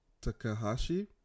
Takahashi